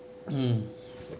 mm